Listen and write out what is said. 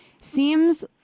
Seems